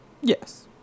Yes